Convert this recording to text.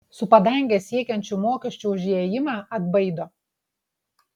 su padanges siekiančiu mokesčiu už įėjimą atbaido